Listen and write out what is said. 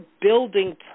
building